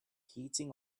heating